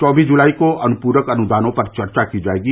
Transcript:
चौबीस जुलाई को अनुपूरक अनुदानों पर चर्चा की जायेगी